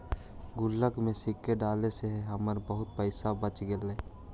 गुल्लक में सिक्का डाले से हमरा बहुत पइसा बच गेले